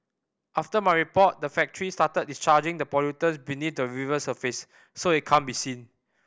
after my report the factory started discharging the pollutant beneath the river surface so it can't be seen